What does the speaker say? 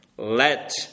Let